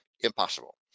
impossible